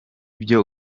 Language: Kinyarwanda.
byo